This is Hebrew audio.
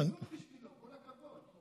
כל הכבוד.